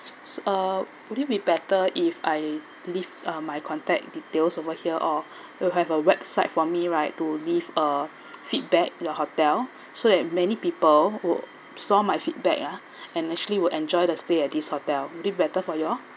uh would it be better if I leave uh my contact details over here or it'll have a website for me right to leave a feedback your hotel so that many people who saw my feedback ah and actually will enjoy the stay at this hotel would it be better for you all